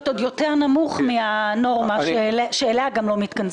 עוד יותר נמוך מהנורמה שאליה גם לא מתכנסים.